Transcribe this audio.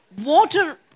water